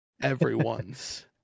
everyone's